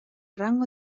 rango